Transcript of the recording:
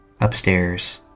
upstairs